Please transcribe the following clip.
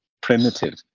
primitive